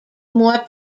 more